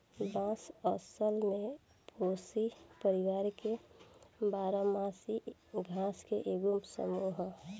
बांस असल में पोएसी परिवार के बारह मासी घास के एगो समूह ह